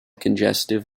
congestive